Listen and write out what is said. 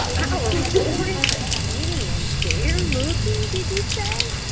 our forests skinny and bare looking, did you say?